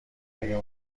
آیا